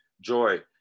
joy